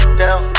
down